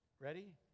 ready